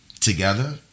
together